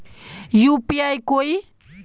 UPI कोई